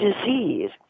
disease